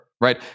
right